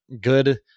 good